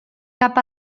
cap